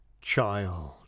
child